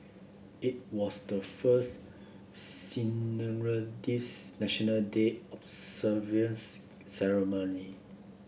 it was the first National Day observance ceremony